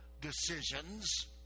decisions